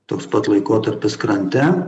toks pat laikotarpis krante